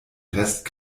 rest